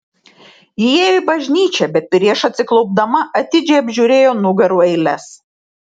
ji įėjo į bažnyčią bet prieš atsiklaupdama atidžiai apžiūrėjo nugarų eiles